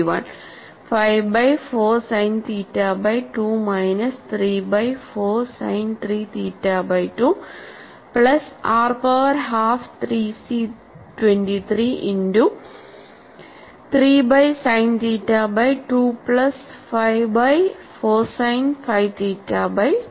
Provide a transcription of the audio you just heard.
5 by 4 sin theta by 2 minus 3 by 4 sine 3 theta by 2 plus R power half 3 C 23 into 3 by sine theta by 2 plus 5 by 4 sine 5 theta by 2